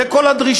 זו כל הדרישה.